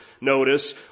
notice